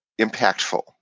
impactful